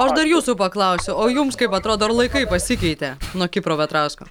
aš dar jūsų paklausiu o jums kaip atrodo ar laikai pasikeitė nuo kipro petrausko